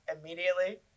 immediately